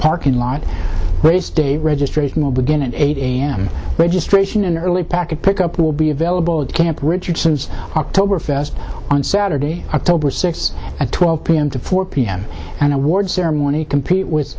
parking lot race day registration will begin at eight am registration in early packet pick up will be available at camp richardson's october fest on saturday october sixth twelve p m to four p m an awards ceremony complete with